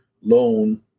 loan